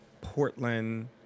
Portland